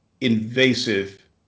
invasive